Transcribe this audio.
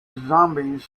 zombies